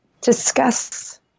discuss